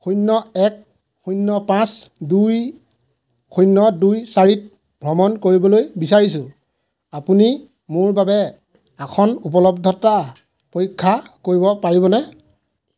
শূন্য এক শূন্য পাঁচ দুই শূন্য দুই চাৰিত ভ্ৰমণ কৰিবলৈ বিচাৰিছোঁ আপুনি মোৰ বাবে আসন উপলব্ধতা পৰীক্ষা কৰিব পাৰিবনে